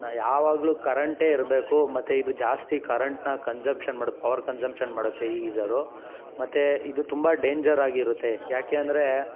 ನಾ ಯಾವಾಗಲೂ ಕರೆಂಟೇ ಇರಬೇಕು ಮತ್ತು ಇದು ಜಾಸ್ತಿ ಕರೆಂಟನ್ನ ಕನ್ಸಮ್ಪ್ಷನ್ ಮಾಡುತ್ತೆ ಪವರ್ ಕನ್ಸಮ್ಪ್ಷನ್ ಮಾಡುತ್ತೆ ಈ ಗೀಝರು ಮತ್ತೆ ಇದು ತುಂಬ ಡೇಂಜರ್ ಆಗಿರುತ್ತೆ ಯಾಕೆ ಅಂದರೆ